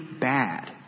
bad